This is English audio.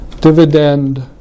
Dividend